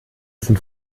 sind